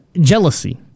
jealousy